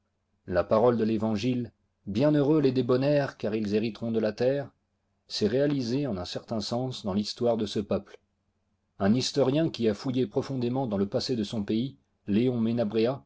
la parole de l'evangile bienheureux les débonnaires car ils hériteront de la terre s'est réalisée en un certain sens dans l'histoire de ce peuple un historien qui a fouillé profondément dans le passé de son pays léon